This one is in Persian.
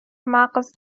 مغز